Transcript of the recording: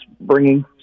bringing